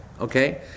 okay